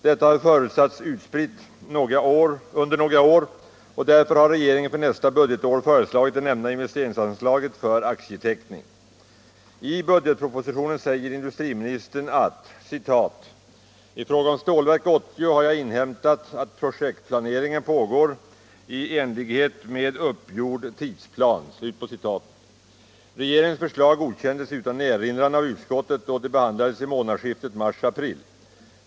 Detta har förutsatts utspritt under några år och därför har regeringen för nästa budgetår föreslagit det nämnda investeringsanslaget för aktieteckning. I budgetpropositionen säger industriministern: ”I fråga om Stålverk 80 har jag inhämtat att projektplaneringen pågår i enlighet med uppgjord tidsplan.” Regeringens förslag godkändes utan erinran av utskottet då det behandlades vid månadsskiftet mars-april.